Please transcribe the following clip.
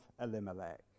Elimelech